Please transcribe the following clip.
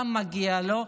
גם מגיע לו.